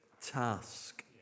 task